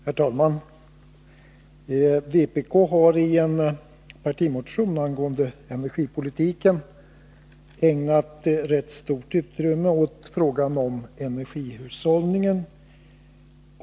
Herr talman! Vpk har i en partimotion angående energipolitiken ägnat rätt stort utrymme åt frågan om energihushållningen.